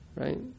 right